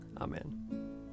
Amen